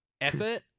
effort